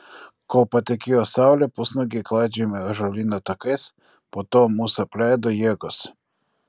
kol patekėjo saulė pusnuogiai klaidžiojome ąžuolyno takais po to mus apleido jėgos